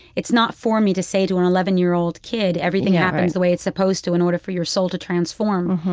it's not for me to say to an eleven year old kid, everything happens the way it's supposed to in order for your soul to transform.